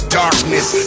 darkness